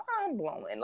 mind-blowing